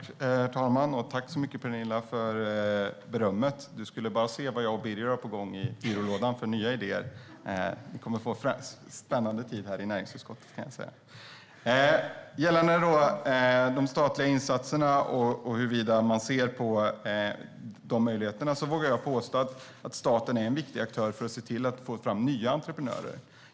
Herr talman! Tack för berömmet, Penilla! Du skulle bara se vad jag och Birger Lahti har för nya idéer i byrålådan! Vi kommer att få en spännande tid i näringsutskottet. Gällande de statliga insatserna och hur man ser på de möjligheterna vågar jag påstå att staten är en viktig aktör när det gäller att få fram nya entreprenörer.